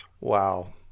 Wow